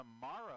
tomorrow